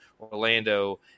Orlando